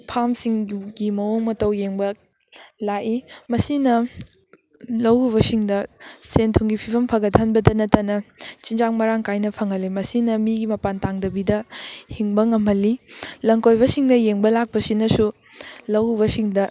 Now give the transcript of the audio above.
ꯐꯥꯝꯁꯤꯡꯗꯨꯒꯤ ꯃꯑꯣꯡ ꯃꯇꯧ ꯌꯦꯡꯕ ꯂꯥꯛꯏ ꯃꯁꯤꯅ ꯂꯧꯎꯕꯁꯤꯡꯗ ꯁꯦꯟ ꯊꯨꯝꯒꯤ ꯐꯤꯕꯝ ꯐꯒꯠꯍꯟꯕꯇ ꯅꯠꯇꯅ ꯆꯤꯟꯖꯥꯛ ꯃꯔꯥꯡ ꯀꯥꯏꯅ ꯐꯪꯍꯜꯂꯤ ꯃꯁꯤꯅ ꯃꯤꯒꯤ ꯃꯄꯥꯟ ꯇꯥꯡꯗꯕꯤꯗ ꯍꯤꯡꯕ ꯉꯝꯍꯜꯂꯤ ꯂꯝ ꯀꯣꯏꯕꯁꯤꯡꯅ ꯌꯦꯡꯕ ꯂꯥꯛꯄꯁꯤꯅꯁꯨ ꯂꯧꯎꯕꯁꯤꯡꯗ